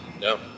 No